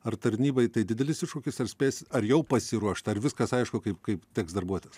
ar tarnybai tai didelis iššūkis ar spės ar jau pasiruošta ar viskas aišku kaip kaip teks darbuotis